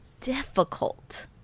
difficult